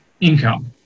income